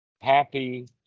happy